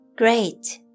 great